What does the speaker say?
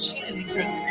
Jesus